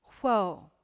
Whoa